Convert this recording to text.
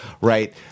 Right